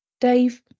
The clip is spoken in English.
Dave